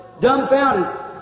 dumbfounded